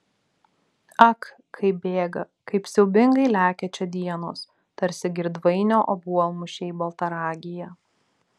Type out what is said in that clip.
ak kaip bėga kaip siaubingai lekia čia dienos tarsi girdvainio obuolmušiai baltaragyje